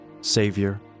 Savior